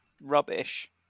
rubbish